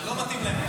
זה לא מתאים להם.